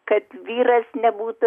kad vyras nebūtų